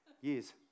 years